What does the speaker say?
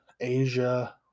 Asia